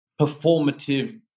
performative